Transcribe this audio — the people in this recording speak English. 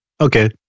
Okay